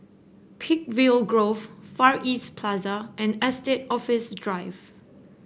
Peakville Grove Far East Plaza and Estate Office Drive